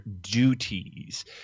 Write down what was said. duties